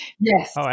yes